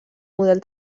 model